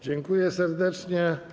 Dziękuję serdecznie.